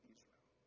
Israel